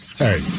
Hey